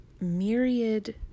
myriad